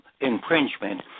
infringement